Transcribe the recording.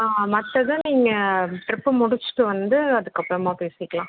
ஆ மற்றது நீங்கள் ட்ரிப்பை முடிச்சுட்டு வந்து அதுக்கப்புறமா பேசிக்கலாம்